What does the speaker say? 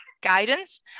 guidance